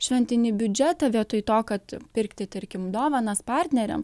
šventinį biudžetą vietoj to kad pirkti tarkim dovanas partneriam